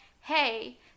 hey